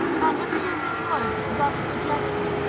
and with soothing words thus addressed her